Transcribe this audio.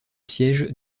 siège